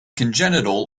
congenital